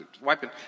wiping